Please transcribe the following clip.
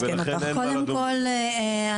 קודם כול,